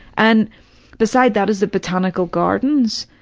and beside that is the botanical gardens,